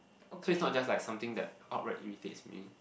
so is not just like something that outright irritates me